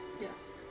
Yes